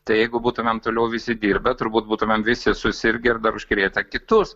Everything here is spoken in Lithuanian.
tai jeigu būtumėm toliau visi dirbę turbūt būtumėm visi susirgę ir dar užkrėtę kitus